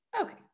Okay